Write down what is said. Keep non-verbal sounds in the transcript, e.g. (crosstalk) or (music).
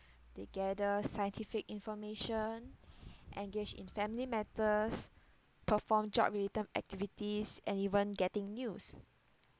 they gather scientific information (breath) engage in family matters perform job-related activities and even getting news